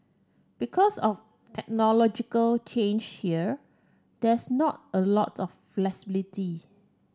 because of technological change here there's not a lot of flexibility